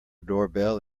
doorbell